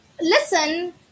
Listen